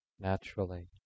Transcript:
naturally